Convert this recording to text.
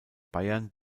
bayern